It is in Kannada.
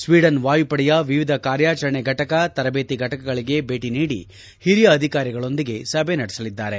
ಸ್ತೀಡನ್ ವಾಯುಪಡೆಯ ವಿವಿಧ ಕಾರ್ಯಾಚರಣೆ ಫಟಕ ತರಬೇತಿ ಘಟಕಗಳಗೆ ಭೇಟಿ ನೀಡಿ ಹಿರಿಯ ಅಧಿಕಾರಿಗಳೊಂದಿಗೆ ಸಭೆ ನಡೆಸಲಿದ್ದಾರೆ